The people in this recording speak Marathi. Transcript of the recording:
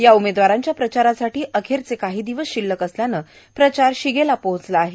या उमेदवारांच्या प्रचारासाठी अखेरचे काही दिवस शिल्लक असल्यानं प्रचार शिगेला पोहोचला आहे